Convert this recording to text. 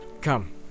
Come